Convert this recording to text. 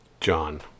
John